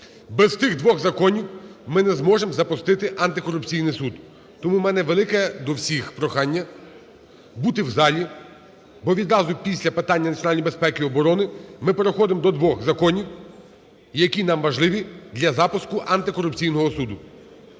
Без тих двох законів ми не зможемо запустити антикорупційний суд. Тому у мене велике до всіх прохання бути в залі. Бо відразу після питання національної безпеки і оборони ми переходимо до двох законів, які нам важливі для запуску антикорупційного суду.